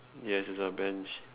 yes it's a bench